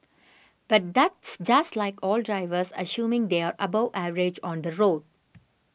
but that's just like all drivers assuming they are above average on the road